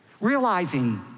realizing